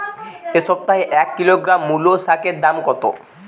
এ সপ্তাহে এক কিলোগ্রাম মুলো শাকের দাম কত?